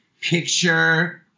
picture